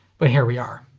but here we are.